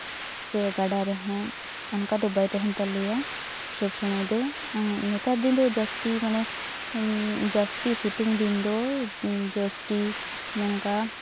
ᱥᱮ ᱜᱟᱰᱟ ᱨᱮᱦᱚᱸ ᱚᱱᱠᱟ ᱫᱚ ᱵᱟᱭ ᱛᱟᱦᱮᱱ ᱛᱟᱞᱮᱭᱟ ᱥᱚᱵᱽ ᱥᱚᱢᱚᱭ ᱫᱚ ᱱᱮᱛᱟᱨ ᱫᱤᱱ ᱫᱚ ᱡᱟᱹᱥᱛᱤ ᱢᱟᱱᱮ ᱡᱟᱹᱥᱛᱤ ᱥᱤᱛᱩᱝ ᱫᱤᱱ ᱫᱚ ᱡᱳᱥᱴᱤ ᱱᱚᱝᱠᱟ